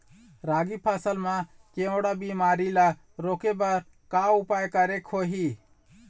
रागी फसल मा केवड़ा बीमारी ला रोके बर का उपाय करेक होही?